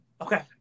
Okay